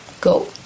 go